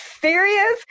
serious